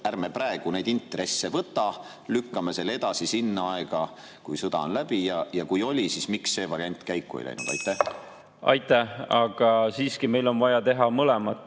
ärme praegu neid intresse võta, lükkame selle edasi sinna aega, kui sõda on läbi? Ja kui oli, siis miks see variant käiku ei läinud? Aitäh! Aga meil on vaja teha mõlemat.